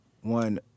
one